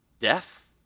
death